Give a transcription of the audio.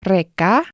Reka